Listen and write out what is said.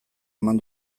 eman